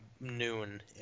noon